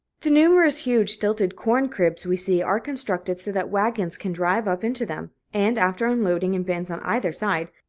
the numerous huge stilted corn cribs we see are constructed so that wagons can drive up into them, and, after unloading in bins on either side,